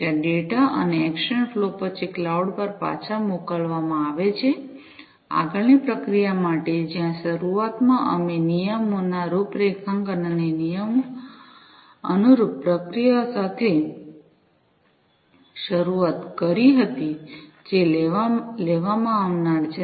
ત્યાં ડેટા અને action flow પછી ક્લાઉડ પર પાછા મોકલવામાં આવે છે આગળની પ્રક્રિયા માટે જ્યાં શરૂઆતમાં અમે નિયમોના રૂપરેખાંકન અને અનુરૂપ ક્રિયાઓ સાથે શરૂઆત કરી હતી જે લેવામાં આવનાર છે